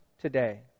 today